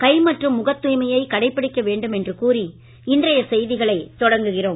கை மற்றும் முகத் தூய்மையை கடைபிடிக்க வேண்டும் என்று கூறி இன்றைய செய்திகளை தொடங்குகிறோம்